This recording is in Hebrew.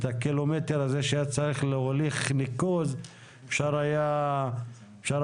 הקילומטר שהיה צריך להוליך בו ניקוז אפשר היה לעשות.